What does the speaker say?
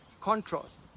contrast